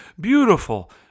beautiful